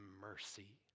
mercy